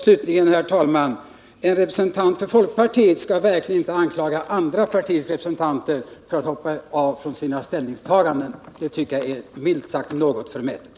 Slutligen, herr talman, vill jag säga att en representant för folkpartiet skall verkligen inte anklaga andra partiers representanter för att hoppa av från sina ställningstaganden. Det är milt sagt något förmätet.